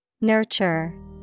Nurture